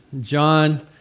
John